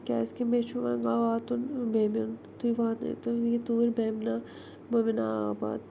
کیازکہ مےٚ چھُ وۄنۍ واتُن بیٚمیُن تُہۍ واتنٲتون یہِ توٗرۍ بیمِنہ مومِنا آباد